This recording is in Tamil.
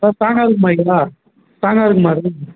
நல்லா ஸ்ட்ராங்கா இருக்குமா ஐயா ஸ்ட்ராங்கா இருக்குமா அது